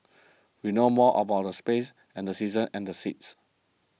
we know more about the space and the seasons and the seas